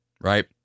right